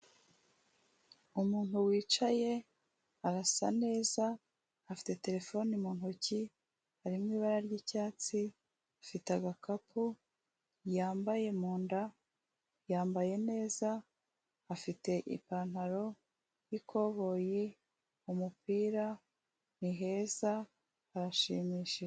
Umuntu wicaye arasa neza, afite terefone mu ntoki, harimo ibara ry'icyatsi, afite agakapu yambaye mu nda, yambaye neza, afite ipantaro y'ikoboye, umupira ni heza arashimisha.